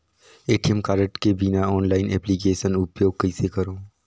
ATM card के बिना online application उपयोग कइसे करो?